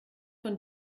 von